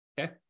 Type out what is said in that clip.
okay